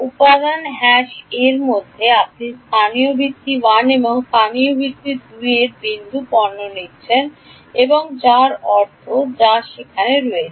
উপাদান ক এর মধ্যে আপনি স্থানীয় ভিত্তি 1 এবং স্থানীয় ভিত্তি 2 এর বিন্দু পণ্য নিচ্ছেন যা এর অর্থ যা সেখানে রয়েছে